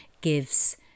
gives